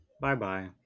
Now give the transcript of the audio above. Bye-bye